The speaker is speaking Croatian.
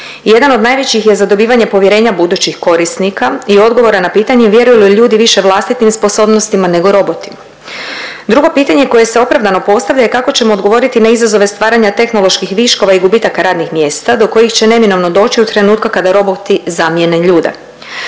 Jedan od najvećih je zadobivanje povjerenja budućih korisnika i odgovora na pitanje vjeruju li ljudi više vlastitim sposobnostima nego robotima. Drugo pitanje koje se opravdano postavlja je kako ćemo odgovoriti na izazove stvaranja tehnoloških viškova i gubitaka radnih mjesta do kojih će neminovno doći od trenutka kada roboti zamjene ljude.